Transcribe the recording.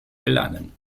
gelangen